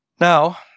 Now